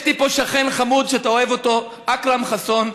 יש לי פה שכן חמוד שאתה אוהב אותו, אכרם חסון.